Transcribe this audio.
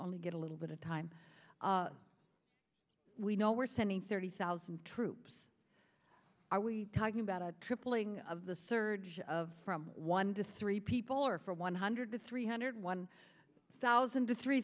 only get a little bit of time we know we're sending thirty thousand troops are we talking about a tripling of the surge of from one to three people or from one hundred to three hundred one thousand to three